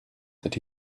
that